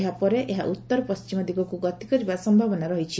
ଏହାପରେ ଏହା ଉତ୍ତର ପଣ୍ଟିମ ଦିଗକୁ ଗତିକରିବା ସନ୍ନାବନା ରହିଛି